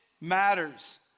matters